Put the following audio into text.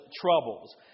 troubles